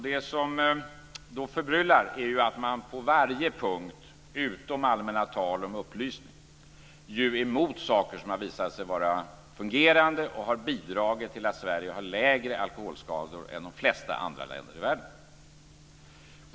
Det som förbryllar är att man på varje punkt, utom allmänna tal om upplysning, är emot saker som har visat sig fungera och har bidragit till att Sverige har färre alkoholskador än de flesta andra länder i världen.